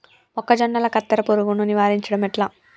మొక్కజొన్నల కత్తెర పురుగుని నివారించడం ఎట్లా?